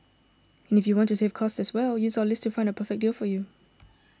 and if you want to save cost as well use our list to find a perfect deal for you